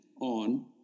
on